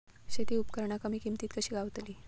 शेती उपकरणा कमी किमतीत कशी गावतली?